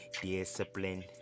Discipline